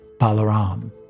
Balaram